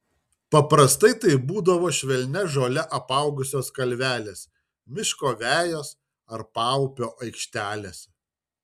paprastai tai būdavo švelnia žole apaugusios kalvelės miško vejos ar paupio aikštelės